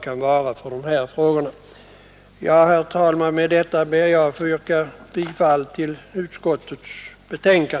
Herr talman! Med detta ber jag att få yrka bifall till utskottets hemställan.